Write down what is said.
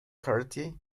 karate